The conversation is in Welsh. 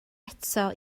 eto